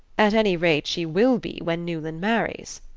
at any rate, she will be when newland marries.